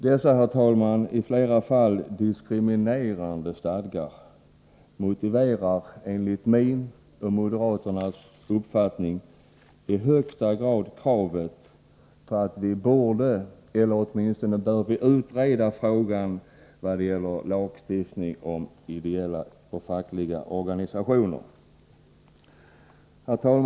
Dessa i flera fall diskriminerande stadgar motiverar enligt min och moderaternas uppfattning i högsta grad kravet på en lagstiftning eller i varje fall en utredning av frågan om lagstiftning i vad gäller fackliga organisationer. Herr talman!